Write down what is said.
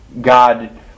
God